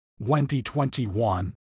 2021